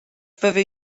fyddi